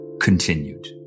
continued